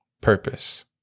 purpose